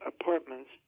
apartments